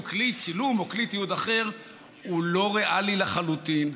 כלי צילום או כלי תיעוד אחר הוא לא ריאלי לחלוטין.